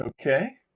Okay